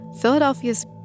Philadelphia's